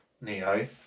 Neo